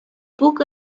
book